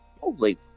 Holy